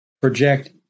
project